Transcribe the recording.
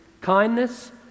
kindness